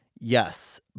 Yes